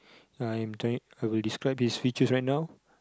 I'm trying I will describe his features right now